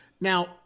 Now